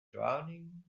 drowning